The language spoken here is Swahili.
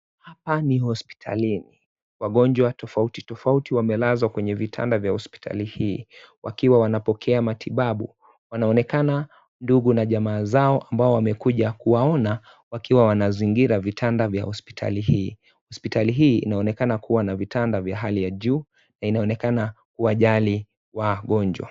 Hapa ni hospitalini. Wagonjwa tofauti tofauti wamelazwa kwenye vitanda vya hospitali hii. Wakiwa wanapokea matibabu, wanaonekana ndugu na jamaa zao mbao wamekuja kuwaona wakiwa wanazingira vitanda vya hospitali hii. Hospitali hii inaonekana kuwa na vitanda vya hali ya juu na inaonekana huwajali wagonjwa.